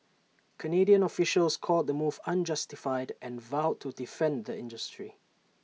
Canadian officials called the move unjustified and vowed to defend the industry